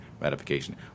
ratification